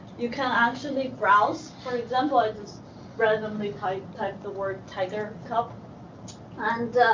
you can actually browse. for example, i just randomly type type the word tiger cub and